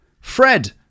fred